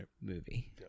movie